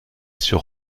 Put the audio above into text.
sur